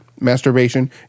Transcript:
masturbation